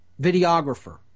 videographer